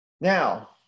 Now